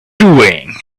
doing